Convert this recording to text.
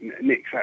Nick